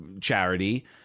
charity